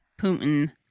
Putin